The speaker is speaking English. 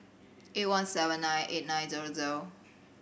eight one seven nine eight nine zero zero